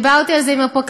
דיברתי על זה עם הפרקליטות,